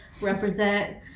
represent